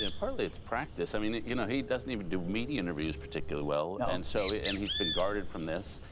and partly, it's practice. i mean you know he doesn't even do media interviews particularly well, and so and he's been guarded from this.